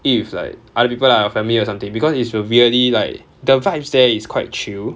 eat with like other people lah your family or something because it's really like the vibes there is quite chill